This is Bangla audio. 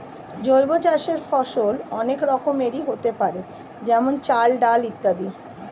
জৈব চাষের ফসল অনেক রকমেরই হতে পারে যেমন চাল, ডাল ইত্যাদি